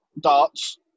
darts